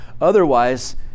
Otherwise